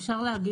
אפשר להגיב?